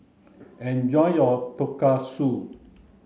enjoy your Tonkatsu